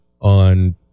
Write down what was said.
on